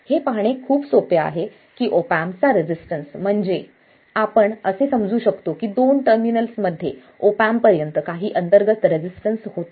हे पाहणे खूप सोपे आहे की ऑप एम्पचा रेसिस्टन्स म्हणजेच आपण असे समजू की दोन टर्मिनल्समध्ये ऑप अँप पर्यंत काही अंतर्गत रेसिस्टन्स होता